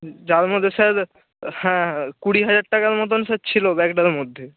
যার মধ্যে স্যার হ্যাঁ কুড়ি হাজার টাকার মতন স্যার ছিল ব্যাগটার মধ্যে